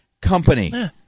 company